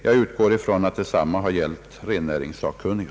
Jag utgår från att detsamma har gällt rennäringssakkunniga.